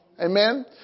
Amen